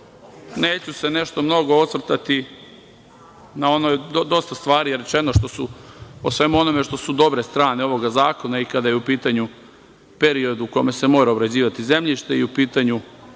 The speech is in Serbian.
neću se nešto mnogo osvrtati, jer dosta stvari je rečeno o svemu onome što su dobre strane ovog zakona, kada je u pitanju i period u kome se mora obrađivati zemljište i kada je